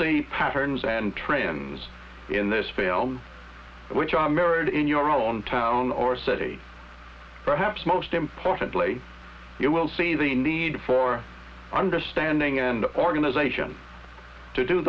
see patterns and trends in this film which are mirrored in your own town or city perhaps most importantly you will see the need for understanding and organization to do